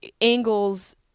Angle's